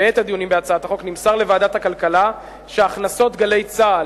נמסר לוועדת הכלכלה שהכנסות "גלי צה"ל"